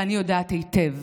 ואני יודעת היטב